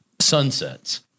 sunsets